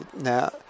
Now